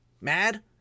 mad